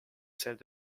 celle